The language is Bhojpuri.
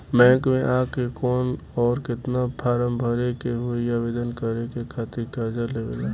बैंक मे आ के कौन और केतना फारम भरे के होयी आवेदन करे के खातिर कर्जा लेवे ला?